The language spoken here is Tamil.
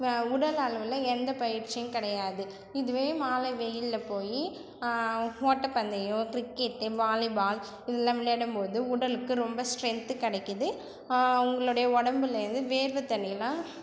உடல் அளவில் எந்த பயிற்சியும் கிடையாது இதுவே மாலை வெயிலில் போய் ஓட்டப்பந்தயம் கிரிக்கெட்டு வாலிபால் இதெலாம் விளையாடும் போது உடலுக்கு ரொம்ப ஸ்ட்ரென்த்து கிடைக்கிது அவங்களுடைய உடம்புலேந்து வேர்வை தண்ணியெலாம்